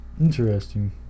Interesting